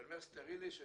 סטרילי, הכוונה: